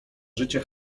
życie